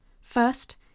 First